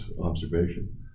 observation